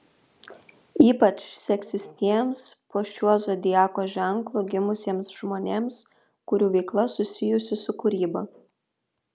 ypač seksis tiems po šiuo zodiako ženklu gimusiems žmonėms kurių veikla susijusi su kūryba